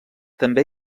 també